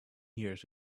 years